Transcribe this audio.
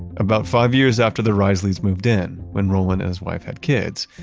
about five years after the reisleys moved in, when roland and his wife had kids,